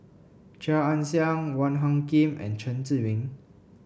Chia Ann Siang Wong Hung Khim and Chen Zhiming